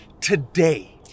today